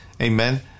Amen